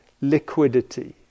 liquidity